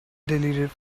deleted